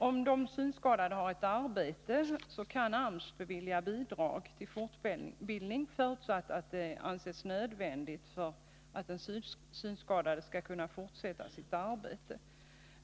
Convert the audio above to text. Om den synskadade har ett arbete kan AMS bevilja bidrag till fortbildning, förutsatt att det anses nödvändigt för att den synskadade skall kunna fortsätta sitt arbete.